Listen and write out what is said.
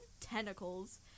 tentacles